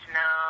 no